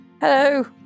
Hello